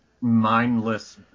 mindless